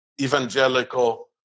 evangelical